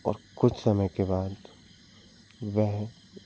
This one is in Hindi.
और कुछ समय के बाद वह